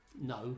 No